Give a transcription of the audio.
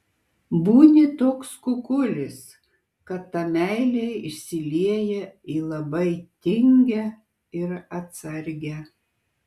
būni toks kukulis kad ta meilė išsilieja į labai tingią ir atsargią